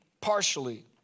partially